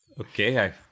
Okay